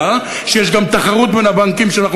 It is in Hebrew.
שיש ממונה על הבנקים שצריך להיות הרגולטור שלה,